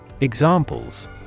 Examples